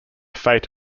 fate